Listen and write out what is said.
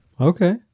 Okay